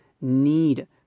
need